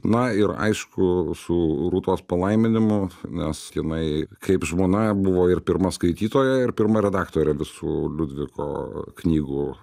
na ir aišku su rūtos palaiminimu nes jinai kaip žmona buvo ir pirma skaitytoja ir pirma redaktorė visų liudviko knygų